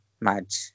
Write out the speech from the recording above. match